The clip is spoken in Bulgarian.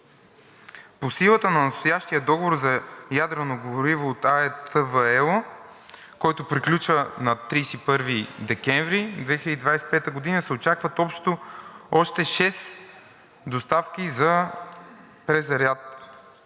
По силата на настоящия договор за ядрено гориво от ТВЕЛ, който приключва на 31 декември 2025 г., се очакват общо още шест доставки за презаряд